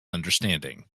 understanding